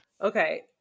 Okay